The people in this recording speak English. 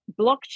blockchain